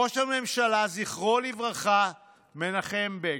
ראש הממשלה מנחם בגין,